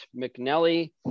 McNelly